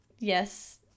Yes